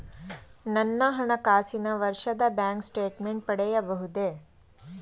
ನನ್ನ ಹಣಕಾಸಿನ ವರ್ಷದ ಬ್ಯಾಂಕ್ ಸ್ಟೇಟ್ಮೆಂಟ್ ಪಡೆಯಬಹುದೇ?